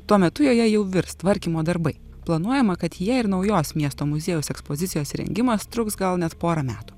tuo metu joje jau virs tvarkymo darbai planuojama kad jie ir naujos miesto muziejaus ekspozicijos įrengimas truks gal net porą metų